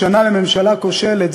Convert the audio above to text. שנה לממשלה כושלת,